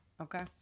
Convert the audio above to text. Okay